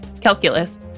calculus